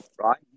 right